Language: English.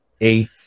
eight